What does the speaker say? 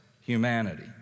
humanity